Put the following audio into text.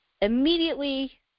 immediately